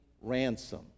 ransom